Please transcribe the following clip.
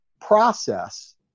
process